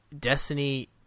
Destiny